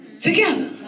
together